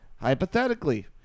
Hypothetically